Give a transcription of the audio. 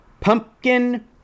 pumpkin